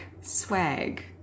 swag